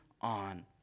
on